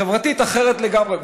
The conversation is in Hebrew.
חברתית אחרת לגמרי,